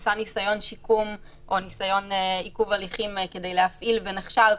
נעשה ניסיון שיקום או ניסיון עיכוב הליכים כדי להפעיל ונכשל,